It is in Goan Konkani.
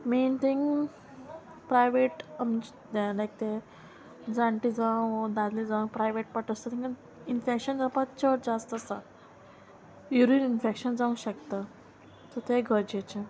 मेन थींग प्रायवेट आम लायक ते जाणटे जावं दादले जावं प्रायवेट पाट आसता तेंगे इनफेक्शन जावपा चड जास्त आसा युरिन इन्फेक्शन जावंक शेकता सो तें गरजेचे